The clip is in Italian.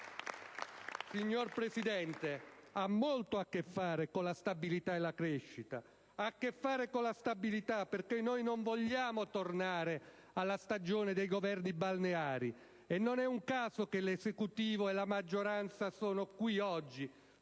signor Presidente, ha molto a che fare con la stabilità e la crescita. Ha a che fare con la stabilità perché noi non vogliamo tornare alla stagione dei Governi balneari, e non è un caso che l'esecutivo e la maggioranza siano qui oggi,